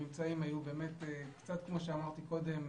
הממצאים היו קצת כמו שאמרתי קודם,